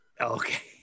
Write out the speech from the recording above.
Okay